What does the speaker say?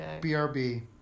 brb